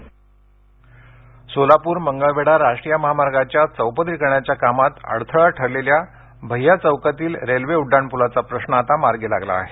सोलापूर सोलापूर मंगळवेढा राष्ट्रीय महामार्गाच्या चौपदरीकरणाच्या कामात अडथळा ठरलेल्या भैय्या चौकातील रेल्वे उड्डाण पुलाचा प्रश्न आता मार्गी लागला आहे